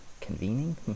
convening